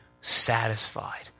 satisfied